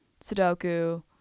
Sudoku